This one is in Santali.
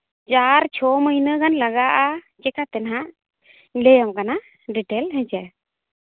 ᱪᱟᱨ ᱪᱷᱚ ᱢᱟᱹᱦᱱᱟᱹ ᱜᱟᱱ ᱞᱟᱜᱟᱜᱼᱟ ᱪᱤᱠᱟᱛᱮ ᱱᱟᱦᱟᱸᱜ ᱞᱟᱹᱭᱟᱢ ᱠᱟᱱᱟ ᱰᱤᱴᱮᱞ ᱦᱮᱸ ᱪᱮ